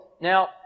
Now